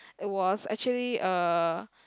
it was actually uh